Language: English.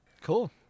Cool